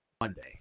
Monday